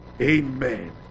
Amen